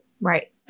Right